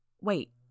Wait